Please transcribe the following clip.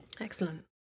Excellent